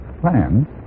plan